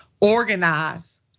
organize